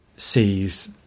sees